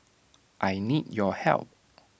I need your help